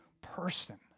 person